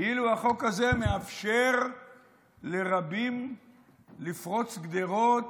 כאילו החוק הזה מאפשר לרבים לפרוץ גדרות,